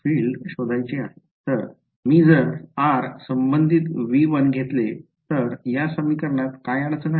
तर मी जर r संबंधीत V1 घेतले तर या समीकरणात काय अडचण आहे